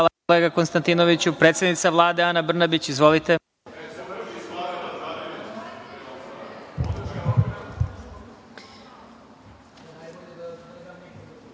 Hvala kolega Konstantinoviću. Reč ima predsednica Vlade, Ana Brnabić. Izvolite.